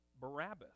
Barabbas